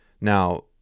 Now